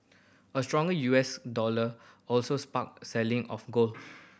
a stronger U S dollar also sparked selling of gold